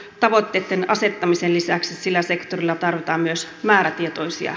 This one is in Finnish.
tavoitteitten asettamisen lisäksi sillä sektorilla tarvitaan myös määrätietoisia